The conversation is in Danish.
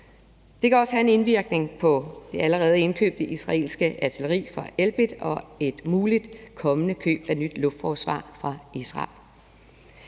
Det kan også have en indvirkning på det allerede indkøbte israelske artilleri fra Elbit og et muligt kommende køb af nyt luftforsvar fra Israel.